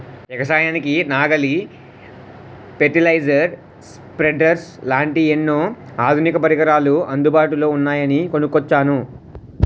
ఎగసాయానికి నాగలి, పెర్టిలైజర్, స్పెడ్డర్స్ లాంటి ఎన్నో ఆధునిక పరికరాలు అందుబాటులో ఉన్నాయని కొనుక్కొచ్చాను